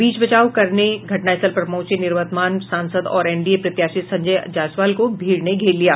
बीच बचाव करने घटनास्थल पर पहुंचे निवर्तमान सांसद और एनडीए प्रत्याशी संजय जायसवाल को भीड़ ने घेर लिया